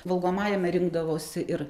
valgomajame rinkdavosi ir